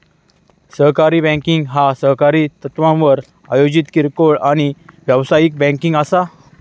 सहकारी बँकिंग ह्या सहकारी तत्त्वावर आयोजित किरकोळ आणि व्यावसायिक बँकिंग असा